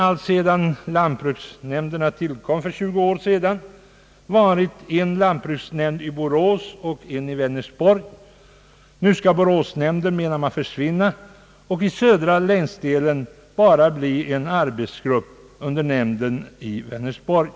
Alltsedan lantbruksnämnderna tillkom för tjugu år sedan har det funnits en lantbruksnämnd i Borås och en i Vänersborg. Nu föreslås att Boråsnämnden skall försvinna och att det i södra länsdelen bara blir en arbetsgrupp under nämnden i Vänersborg.